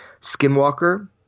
Skinwalker